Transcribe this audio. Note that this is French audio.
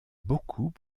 beaucoup